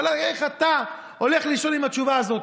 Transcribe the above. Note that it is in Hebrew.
אבל איך אתה הולך לישון עם התשובה הזאת?